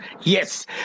Yes